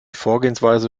vorgehensweise